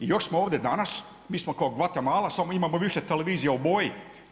I još smo ovdje danas, mi smo kao Gvatemala samo imamo više televizija u boji.